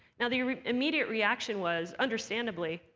now, the immediate reaction was, understandably,